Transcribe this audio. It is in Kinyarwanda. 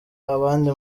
abandi